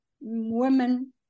women